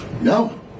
No